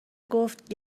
گفت